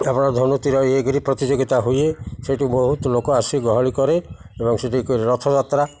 ଆପଣ ଧନୁ ତୀର କରି ପ୍ରତିଯୋଗିତା ହୁଏ ସେଇଠୁ ବହୁତ ଲୋକ ଆସି ଗହଳି କରେ ଏବଂ ସେଠି କରି ରଥଯାତ୍ରା